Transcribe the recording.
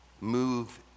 move